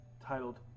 titled